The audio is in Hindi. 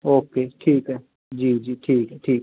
ओके ठीक है जी जी ठीक है ठीक है